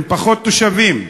עם פחות תושבים,